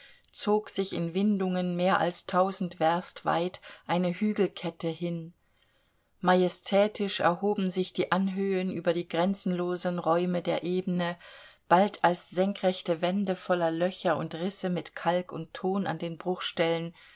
zog sich in windungen mehr als tausend werst weit eine hügelkette hin majestätisch erhoben sich die anhöhen über die grenzenlosen räume der ebene bald als senkrechte wände voller löcher und risse mit kalk und ton an den